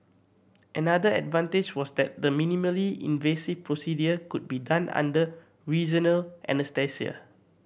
another advantage was that the minimally invasive procedure could be done under regional anaesthesia